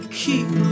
keep